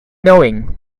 knowing